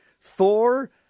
Thor